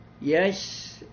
Yes